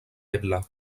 ebla